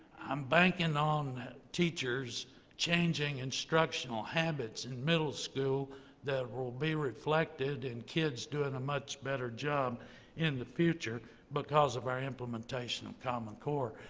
i'm banking on teachers changing instructional habits in middle school that will be reflected in kids doing a much better job in the future because of our implementation of common core.